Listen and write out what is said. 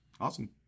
Awesome